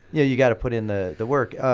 yeah you gotta put in the the work.